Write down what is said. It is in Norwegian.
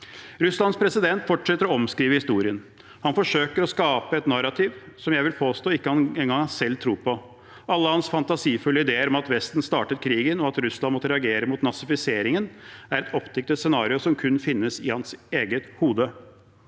Russlands president fortsetter å omskrive historien. Han forsøker å skape et narrativ som jeg vil påstå ikke engang han selv tror på. Alle hans fantasifulle ideer om at Vesten startet krigen, og at Russland måtte reagere mot nazifiseringen, er et oppdiktet scenario som kun finnes i hans eget hode.